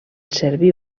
servir